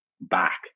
back